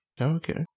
Okay